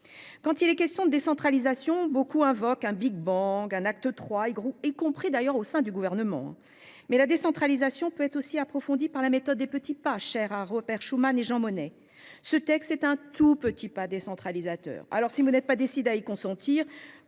Quand il est question de décentralisation, souvent sont invoqués un territorial, un acte III, y compris d'ailleurs au sein du Gouvernement, mais la décentralisation peut aussi être approfondie par la méthode des petits pas, chère à Robert Schuman et Jean Monnet. Ce texte est un tout petit pas décentralisateur. Si vous n'êtes pas décidé à y consentir,